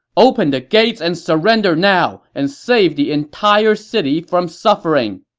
open the gates and surrender now, and save the entire city from suffering!